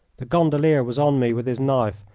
the gondolier was on me with his knife,